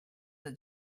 the